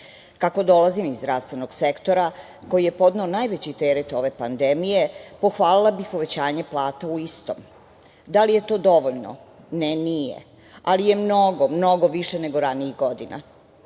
dolazim iz zdravstvenog sektora koji je podneo najveći teret ove pandemije, pohvalila bih povećanje plata u istom. Da li je to dovoljno? Ne, nije, ali je mnogo, mnogo više nego ranijih godina. Isto